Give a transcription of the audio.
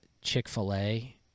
Chick-fil-A